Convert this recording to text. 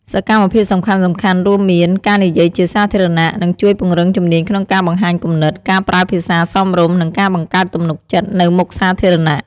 សកម្មភាពសំខាន់ៗរួមមាន ការនិយាយជាសាធារណៈ និងជួយពង្រឹងជំនាញក្នុងការបង្ហាញគំនិត ការប្រើភាសាសមរម្យ និងការបង្កើតទំនុកចិត្តនៅមុខសាធារណៈ។